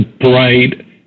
bright